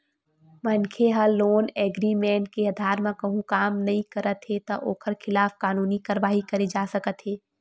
मनखे ह loan agreement के अधार म कहूँ काम नइ करत हे त ओखर खिलाफ कानूनी कारवाही करे जा सकत हे